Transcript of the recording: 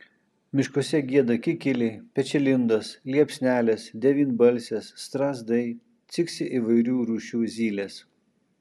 miškuose gieda kikiliai pečialindos liepsnelės devynbalsės strazdai ciksi įvairių rūšių zylės